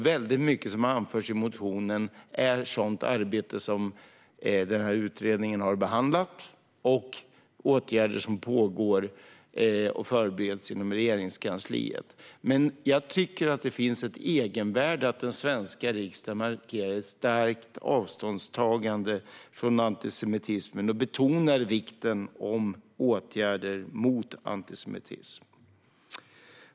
Väldigt mycket som anförs i motionen är sådant arbete som utredningen har behandlat och åtgärder som pågår och förbereds inom Regeringskansliet. Men det finns ett egenvärde i att den svenska riksdagen markerar ett starkt avståndstagande från antisemitism och betonar vikten av åtgärder mot antisemitism.